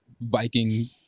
Viking